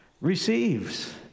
receives